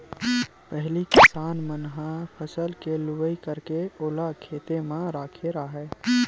पहिली किसान मन ह फसल के लुवई करके ओला खेते म राखे राहय